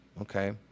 Okay